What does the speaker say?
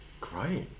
great